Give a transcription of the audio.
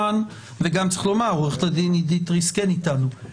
גם על העבודה לאפשר לנו לשנות את